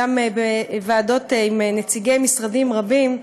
גם בוועדות עם נציגי משרדים רבים,